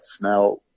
Now